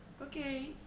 okay